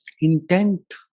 intent